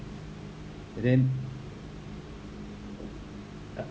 and then